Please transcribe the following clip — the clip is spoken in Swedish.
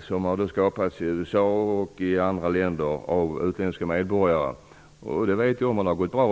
som har skapats av utländska medborgare i USA och i andra länder. Som vi vet har det gått bra.